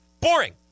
Boring